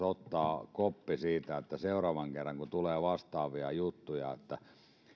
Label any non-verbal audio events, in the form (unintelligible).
(unintelligible) ottaa koppi siitä että seuraavan kerran kun tulee vastaavia juttuja